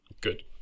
Good